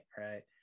right